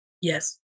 Yes